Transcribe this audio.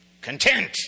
Content